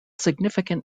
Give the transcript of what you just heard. significant